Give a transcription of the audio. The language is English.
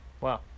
Wow